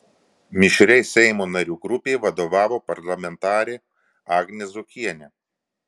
mišriai seimo narių grupei vadovavo parlamentarė agnė zuokienė